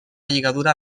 lligadura